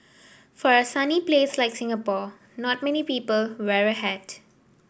for a sunny place like Singapore not many people wear a hat